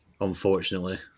Unfortunately